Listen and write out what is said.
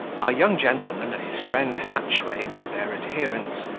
our young gentleman and his friend hatchway, with their adherents,